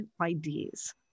ideas